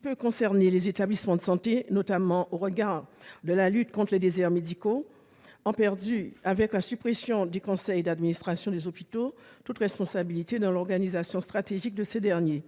peut concerner les établissements de santé, notamment au regard de la lutte contre les déserts médicaux, ont perdu, avec la suppression des conseils d'administration des hôpitaux, toute responsabilité dans l'organisation stratégique de ces derniers.